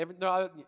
no